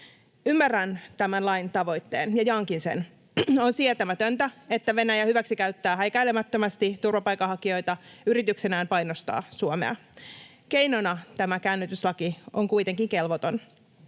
Ymmärrän tämän lain tavoitteen, ja jaankin sen. On sietämätöntä, että Venäjä hyväksikäyttää häikäilemättömästi turvapaikanhakijoita yrityksenään painostaa Suomea. Keinona tämä käännytyslaki on kuitenkin kelvoton.